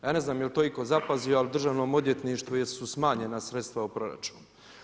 Ja ne znam je li to itko zapazio ali državnom odvjetništvu … smanjena sredstva u proračunu.